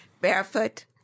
barefoot